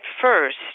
first